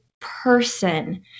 person